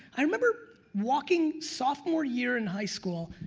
i remember walking sophomore year in high school,